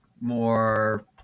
more